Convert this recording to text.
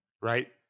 Right